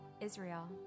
Israel